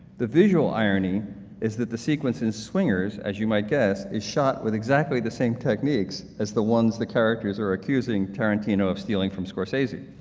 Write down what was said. the visual irony is that the sequence in swingers, as you might guess, is shot with exactly the same techniques as the ones the characters are accusing tarantino of stealing from scorsese.